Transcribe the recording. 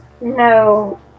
no